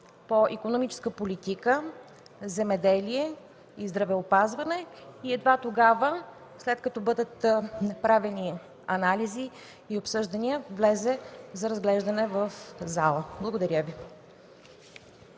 по икономическа политика, по земеделие и по здравеопазване, и едва тогава, след като бъдат направени анализи и обсъждания, влезе за разглеждане в залата. Благодаря Ви.